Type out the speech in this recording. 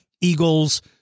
eagles